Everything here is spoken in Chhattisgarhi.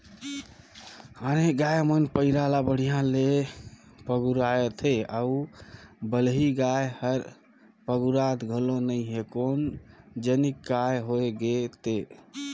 आने गाय मन पैरा ला बड़िहा ले पगुराथे अउ बलही गाय हर पगुरात घलो नई हे कोन जनिक काय होय गे ते